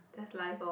that's life lor